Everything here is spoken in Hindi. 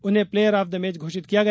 उन्हें प्लेयर ऑफ द मैच घोषित किया गया